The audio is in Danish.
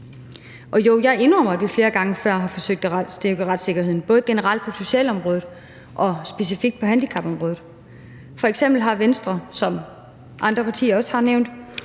Og jo, jeg indrømmer, at vi flere gange før har forsøgt at styrke retssikkerheden, både generelt på socialområdet og specifikt på handicapområdet. F.eks. har Venstre, som andre partier også har nævnt,